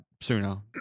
sooner